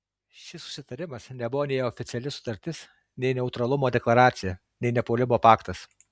šis susitarimas nebuvo nei oficiali sutartis nei neutralumo deklaracija nei nepuolimo paktas